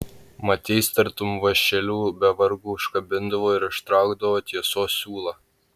mat jais tartum vąšeliu be vargo užkabindavo ir ištraukdavo tiesos siūlą